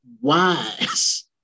wise